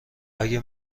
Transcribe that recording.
اگه